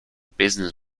business